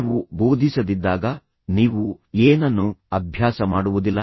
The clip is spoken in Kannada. ನೀವು ಬೋಧಿಸದಿದ್ದಾಗ ನೀವು ಏನನ್ನು ಅಭ್ಯಾಸ ಮಾಡುವುದಿಲ್ಲ